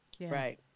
Right